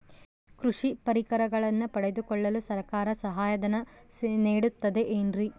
ಕೃಷಿ ಪರಿಕರಗಳನ್ನು ಪಡೆದುಕೊಳ್ಳಲು ಸರ್ಕಾರ ಸಹಾಯಧನ ನೇಡುತ್ತದೆ ಏನ್ರಿ?